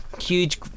huge